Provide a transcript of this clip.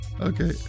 Okay